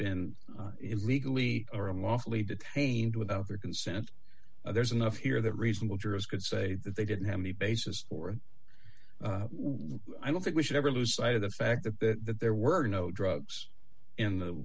been illegally or unlawfully detained without their consent there's enough here that reasonable jurors could say that they didn't have any basis for i don't think we should ever lose sight of the fact that there were no drugs in the